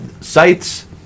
sites